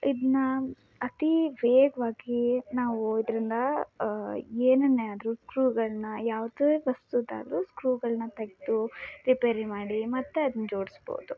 ಇದನ್ನ ಅತಿ ವೇಗವಾಗಿ ನಾವು ಇದರಿಂದ ಏನನ್ನೇ ಆದರೂ ಸ್ಕ್ರೂಗಳನ್ನ ಯಾವುದೇ ವಸ್ತುದಾದರೂ ಸ್ಕ್ರೂಗಳನ್ನ ತೆಗೆದು ರಿಪೇರಿ ಮಾಡಿ ಮತ್ತೆ ಅದ್ನ ಜೋಡಿಸ್ಬೋದು